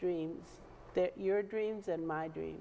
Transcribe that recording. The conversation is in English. dreams that your dreams and my dream